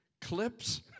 clips